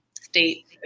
state